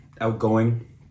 outgoing